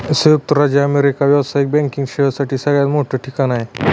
संयुक्त राज्य अमेरिका व्यावसायिक बँकिंग सेवांसाठी सगळ्यात मोठं ठिकाण आहे